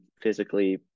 physically